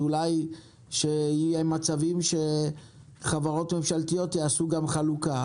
אז עלה רעיון שאולי יהיו מצבים שחברות ממשלתיות יעשו גם חלוקה?